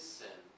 sin